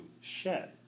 shed